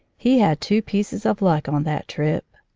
he had two pieces of luck on that trip.